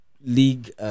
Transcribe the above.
league